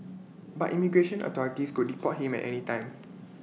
but immigration authorities could deport him at any time